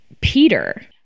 Peter